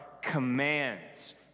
commands